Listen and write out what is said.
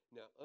Now